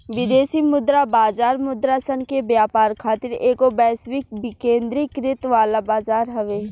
विदेशी मुद्रा बाजार मुद्रासन के व्यापार खातिर एगो वैश्विक विकेंद्रीकृत वाला बजार हवे